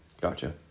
Gotcha